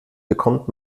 bekommt